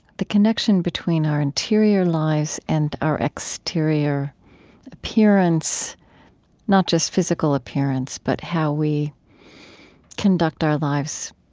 the connection between our interior lives and our exterior appearance not just physical appearance, but how we conduct our lives